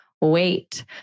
wait